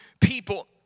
people